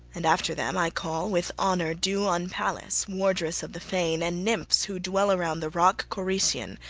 and after them, i call with honour due on pallas, wardress of the fane, and nymphs who dwell around the rock corycian,